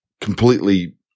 completely